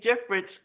difference